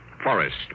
Forest